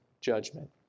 judgment